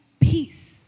peace